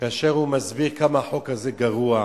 הוא מסביר כמה החוק הזה גרוע,